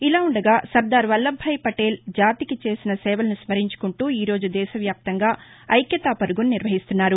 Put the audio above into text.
ఇలావుండగా సర్దార్ వల్లభ్భాయ్ పటేల్ జాతికి చేసిన సేవలను స్మరించుకుంటూ ఈ రోజు దేశవ్యాప్తంగా ఐక్యతా పరుగును నిర్వహిస్తున్నారు